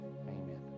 Amen